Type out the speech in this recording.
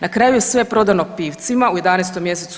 Na kraju je sve prodano Pivcima u 11. mj.